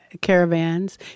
caravans